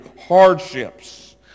hardships